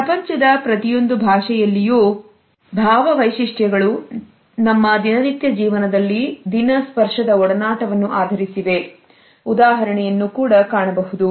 ಪ್ರಪಂಚದ ಪ್ರತಿಯೊಂದು ಭಾಷೆಯಲ್ಲೂ ಭಾವ ವೈಶಿಷ್ಟ್ಯಗಳು ನಮ್ಮ ದಿನನಿತ್ಯ ಜೀವನದಲ್ಲಿ ದಿನ ಸ್ಪರ್ಶದ ಒಡನಾಟವನ್ನು ಆಧರಿಸಿವೆ ಉದಾಹರಣೆಯನ್ನು ಕೂಡ ಕಾಣಬಹುದು